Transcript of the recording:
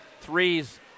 threes